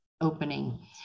opening